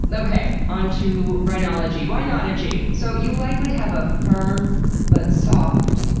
but okay, onto rhinology. why-not-ogy? so you likely have a firm but soft,